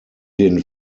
den